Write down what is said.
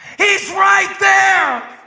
he's right there.